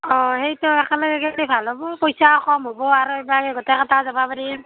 অঁ সেইটো একেলগে গ'লে ভাল হ'ব পইচাও কম হ'ব আৰু গাড়ীত গোটেইকেইটা যাব পাৰিম